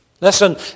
Listen